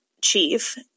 chief